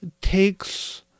takes